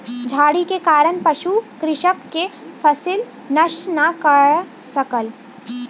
झाड़ी के कारण पशु कृषक के फसिल नष्ट नै कय सकल